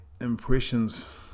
impressions